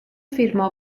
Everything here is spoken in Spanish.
firmó